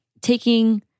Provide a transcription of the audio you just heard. taking